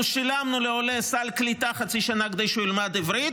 אנחנו שילמנו לעולה סל קליטה חצי שנה כדי שהוא ילמד עברית,